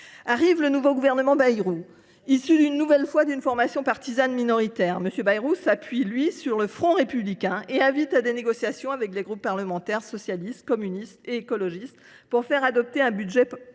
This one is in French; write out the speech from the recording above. Le nouveau gouvernement Bayrou est alors nommé, issu une nouvelle fois d’une formation partisane minoritaire. M. Bayrou s’appuie, lui, sur le front républicain et invite à des négociations avec les groupes parlementaires socialiste, communiste et écologiste afin de faire adopter un budget pour